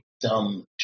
dumb